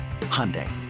Hyundai